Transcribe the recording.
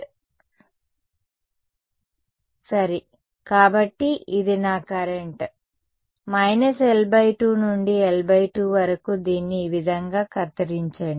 discrete right కాబట్టి ఇది నా కరెంట్ L2 నుండి L2 వరకు దీన్ని ఈ విధంగా కత్తిరించండి